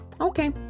okay